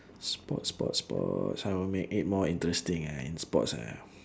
sports sports sports how I make it more interesting ah in sports ah